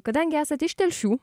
kadangi esat iš telšių